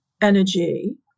energy